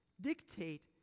dictate